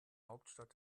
hauptstadt